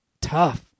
Tough